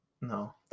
No